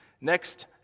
Next